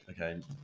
Okay